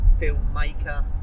filmmaker